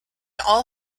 all